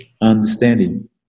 understanding